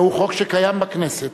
והוא חוק שקיים בכנסת.